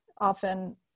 often